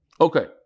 Okay